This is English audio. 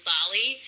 Bali